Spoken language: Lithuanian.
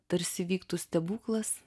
tarsi vyktų stebuklas